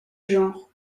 genre